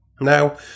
Now